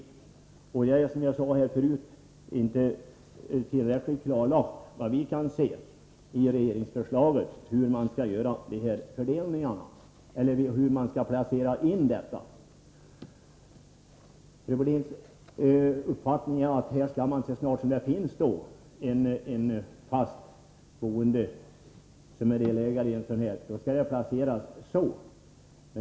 Som jag sade förut är det — såvitt vi kan se — inte tillräckligt klarlagt i regeringsförslaget hur man skall placera in dessa vägar. Görel Bohlin har uppfattningen att det avgörande är om det finns fast boende som är delägare.